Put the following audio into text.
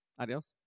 Adios